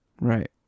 Right